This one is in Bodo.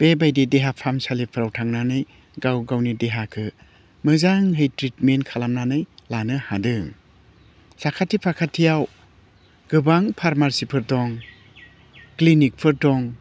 बेबायदि देहा फाहामसालिफ्राव थांनानै गाव गावनि देहाखौ मोजांहै ट्रिटमेन्ट खालामनानै लानो हादों साखाथि फाखाथियाव गोबां फार्मासिफोर दं क्लिनिकफोर दं